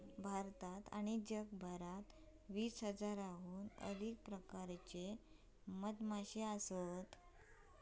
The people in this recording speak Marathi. भारतात आणि जगभरात वीस हजाराहून अधिक प्रकारच्यो मधमाश्यो असत